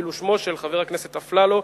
ואילו שמו של חבר הכנסת אלי אפללו,